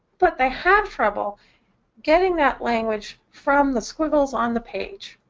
but they have trouble getting that language from the squiggles on the page.